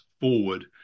forward